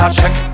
check